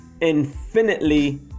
infinitely